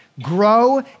grow